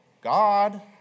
God